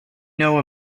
know